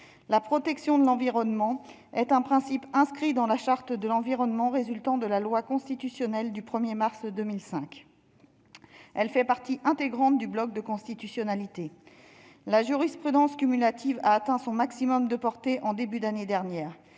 La protection de l'environnement est un principe inscrit dans la Charte de l'environnement résultant de la loi constitutionnelle du 1 mars 2005. Elle fait partie intégrante du bloc de constitutionnalité. La jurisprudence cumulative a atteint son maximum de portée en début d'année dernière.